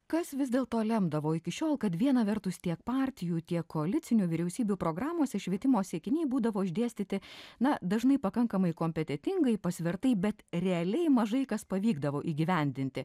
kas vis dėlto lemdavo iki šiol kad viena vertus tiek partijų tiek koalicinių vyriausybių programose švietimo siekiniai būdavo išdėstyti na dažnai pakankamai kompetentingai pasvertai bet realiai mažai kas pavykdavo įgyvendinti